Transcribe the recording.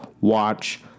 watch